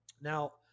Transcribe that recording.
Now